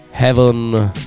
Heaven